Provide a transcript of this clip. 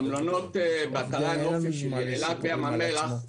המלונות באתרי הנופש באילת ובים המלח,